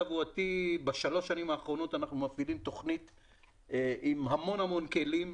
בשלוש השנים האחרונות אנחנו מפעילים תוכנית הם המון כלים,